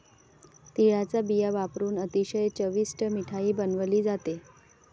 तिळाचा बिया वापरुन अतिशय चविष्ट मिठाई बनवली जाते